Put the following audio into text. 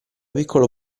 piccolo